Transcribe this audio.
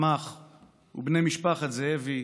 בני משפחת זאבי,